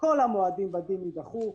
כל המועדים בדין יידחו.